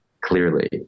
clearly